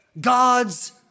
God's